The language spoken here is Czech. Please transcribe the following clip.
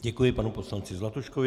Děkuji panu poslanci Zlatuškovi.